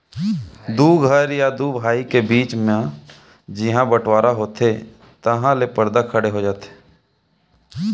दू घर या दू भाई के बीच म जिहॉं बँटवारा होथे तहॉं ले परदा खड़े हो जाथे